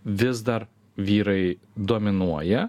vis dar vyrai dominuoja